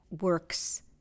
works